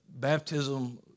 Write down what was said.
baptism